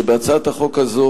שבהצעת החוק הזאת,